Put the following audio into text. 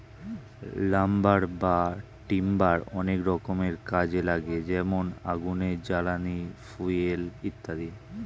lumber বা timber অনেক রকমের কাজে লাগে যেমন আগুনের জ্বালানি, ফুয়েল ইত্যাদি